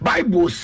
Bible